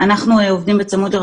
לא יכולים להתקבל לעבודה,